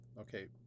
okay